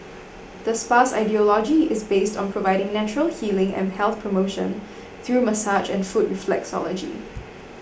the spa's ideology is based on providing natural healing and health promotion through massage and foot reflexology